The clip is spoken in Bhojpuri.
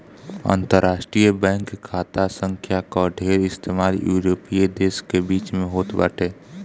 अंतरराष्ट्रीय बैंक खाता संख्या कअ ढेर इस्तेमाल यूरोपीय देस के बीच में होत बाटे